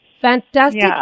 Fantastic